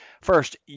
First